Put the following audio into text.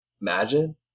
Imagine